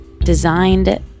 designed